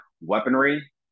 weaponry